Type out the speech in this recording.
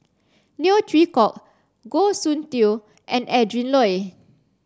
Neo Chwee Kok Goh Soon Tioe and Adrin Loi